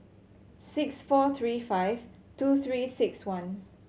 six four three five two Three Six One